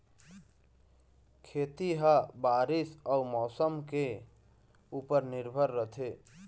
खेती ह बारीस अऊ मौसम के ऊपर निर्भर रथे